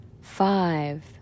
five